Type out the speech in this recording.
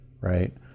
right